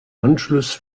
anschluss